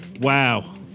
Wow